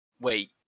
Wait